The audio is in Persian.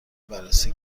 بررسی